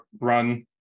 run